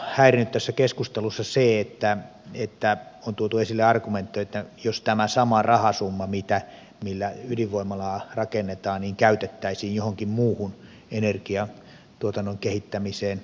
hiukan on häirinnyt tässä keskustelussa se että on tuotu esille argumentteja että tämä sama rahasumma millä ydinvoimalaa rakennetaan käytettäisiin johonkin muuhun energiatuotannon kehittämiseen